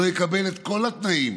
לא יקבל את כל התנאים